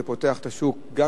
זה גם פותח את השוק לתחרות,